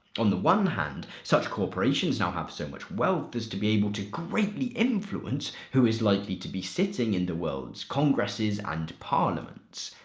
on the one hand, such corporations now have so much wealth as to be able to greatly influence who is likely to be sitting in the world's congresses and parliaments.